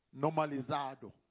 Normalizado